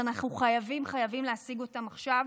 ואנחנו חייבים חייבים להשיג אותם עכשיו.